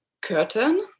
curtain